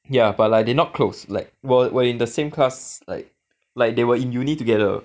ya but like they not close like were were in the same class like like they were in uni together